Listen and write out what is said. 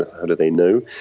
how do they know?